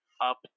up